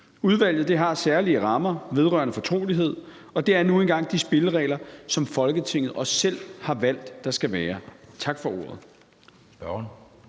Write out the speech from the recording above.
Udvalget har særlige rammer vedrørende fortrolighed, og det er nu engang de spilleregler, som Folketinget også selv har valgt at der skal være. Tak for ordet.